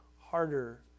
harder